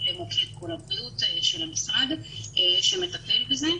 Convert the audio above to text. למוקד "כל הבריאות" של המשרד שמטפל בזה.